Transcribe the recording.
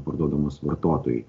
parduodamos vartotojui